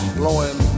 blowing